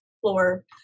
floor